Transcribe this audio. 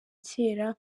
cyera